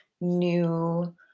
new